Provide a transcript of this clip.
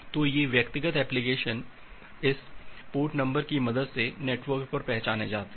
तो ये व्यक्तिगत एप्लीकेशन इस पोर्ट नंबर की मदद से नेटवर्क पर पहचाने जाते हैं